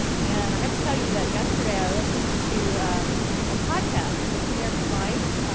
and i have to tell you that yesterday i listened to a podcast, this american life.